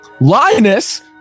Linus